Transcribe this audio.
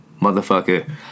motherfucker